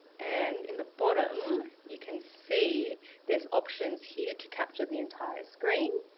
and in the bottom you can see there's options here to capture the entire screen.